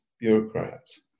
bureaucrats